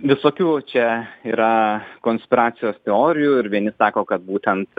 visokių čia yra konspiracijos teorijų ir vieni sako kad būtent